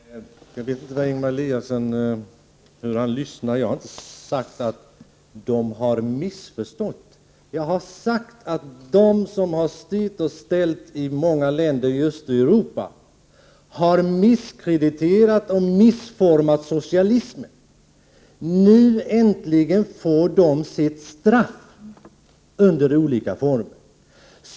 Herr talman! Jag vet inte hur Ingemar Eliasson lyssnar på vad jag säger. Jag har inte sagt att de i de länder vi talar om har missförstått kommunismen. Jag har sagt att de som styrt och ställt i många länder i Östeuropa har misskrediterat och missformat socialismen. Nu äntligen får de sitt straff under olika former.